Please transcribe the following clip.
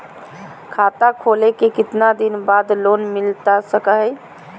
खाता खोले के कितना दिन बाद लोन मिलता सको है?